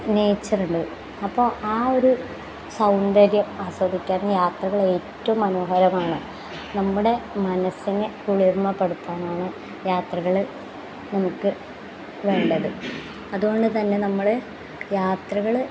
nature ഉണ്ട് അപ്പോൾ ആ ഒരു സൗന്ദര്യം ആസ്വദിക്കാൻ യാത്രകൾ ഏറ്റവും മനോഹരമാണ് നമ്മുടെ മനസ്സിനെ കുളിർമ്മപ്പെടുത്താനാണ് യാത്രകൾ നമുക്ക് വേണ്ടത് അതുകൊണ്ട് തന്നെ നമ്മൾ യാത്രകൾ